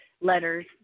letters